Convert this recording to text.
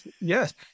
yes